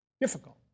Difficult